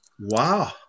wow